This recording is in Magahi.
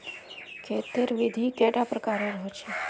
खेत तेर विधि कैडा प्रकारेर होचे?